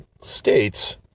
states